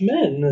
Men